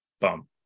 bump